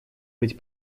быть